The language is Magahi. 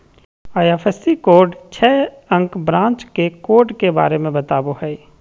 आई.एफ.एस.सी कोड छह अंक ब्रांच के कोड के बारे में बतावो हइ